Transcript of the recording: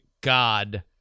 god